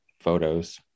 photos